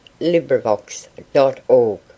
LibriVox.org